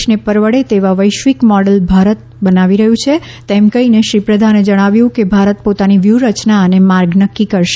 દેશને પરવડે તેવા વૈશ્વિક મોડેલ ભારત બનાવી રહ્યું છે એમ કહી શ્રી પ્રધાને જણાવ્યું કે ભારત પોતાની વ્યૂહરચના અને માર્ગ નક્કી કરશે